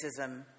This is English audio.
racism